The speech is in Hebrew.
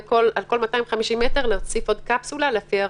ועל כל 250 מטר להוסיף עוד קפסולה לפי הרמזור.